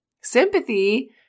Sympathy